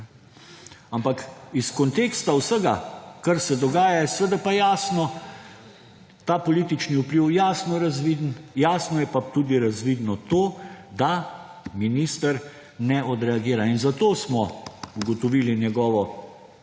Ampak iz konteksta vsega, kar se dogaja, je seveda pa ta politični vpliv jasno razviden; jasno je pa tudi razvidno to, da minister ne odreagira. In zato smo ugotovili njegovo